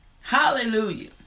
Hallelujah